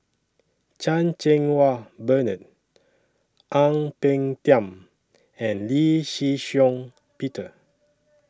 Chan Cheng Wah Bernard Ang Peng Tiam and Lee Shih Shiong Peter